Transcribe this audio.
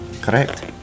correct